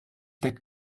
that